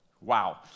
Wow